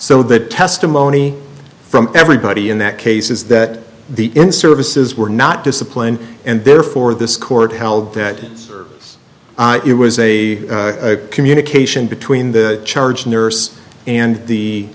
so that testimony from everybody in that case is that the in services were not disciplined and therefore this court held that it was a communication between the charge nurse and the